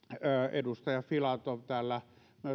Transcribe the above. edustaja filatov täällä